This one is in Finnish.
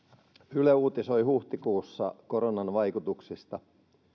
yle uutisoi huhtikuussa koronan vaikutuksista